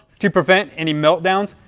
to prevent any meltdowns,